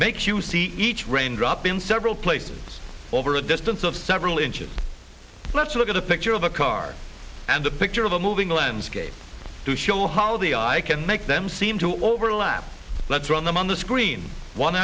make you see each rain drop in several places over a distance of several inches let's look at a picture of a car and a picture of a moving landscape to show how the eye can make them seem to overlap let's run them on the screen one